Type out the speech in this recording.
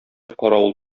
каравыл